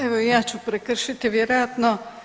Evo i ja ću prekršiti vjerojatno.